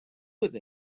with